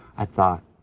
i thought,